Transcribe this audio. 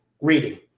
reading